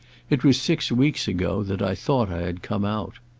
it was six weeks ago that i thought i had come out.